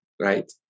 right